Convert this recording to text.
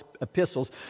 Epistles